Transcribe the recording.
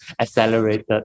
accelerated